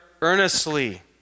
earnestly